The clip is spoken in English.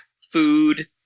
food